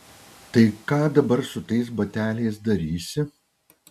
tai ką dabar su tais bateliais darysi